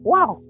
Wow